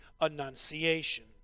Annunciation